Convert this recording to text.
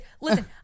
listen